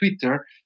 Twitter